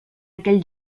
aquell